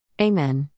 Amen